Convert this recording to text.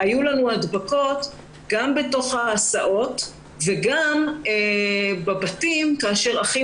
היו לנו הדבקות גם בתוך ההסעות וגם בבתים כאשר אחים